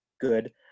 good